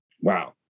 wow